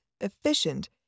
efficient